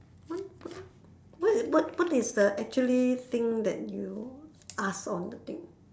one what what what what is the actually thing that you ask on the thing